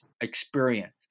experience